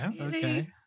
Okay